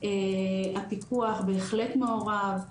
הפיקוח בהחלט מעורב,